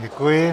Děkuji.